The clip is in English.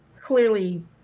clearly